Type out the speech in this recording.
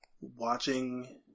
watching